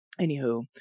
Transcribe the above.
anywho